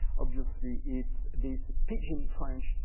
obviously, it's this pidgin french,